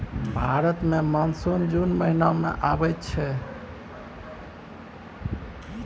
भारत मे मानसून जुन महीना मे आबय छै